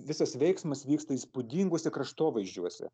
visas veiksmas vyksta įspūdinguose kraštovaizdžiuose